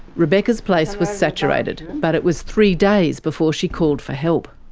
rebecca's place was saturated, but it was three days before she called for help.